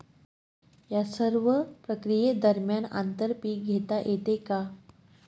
या सर्व प्रक्रिये दरम्यान आंतर पीक घेता येते का?